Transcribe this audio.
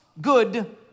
good